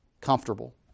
comfortable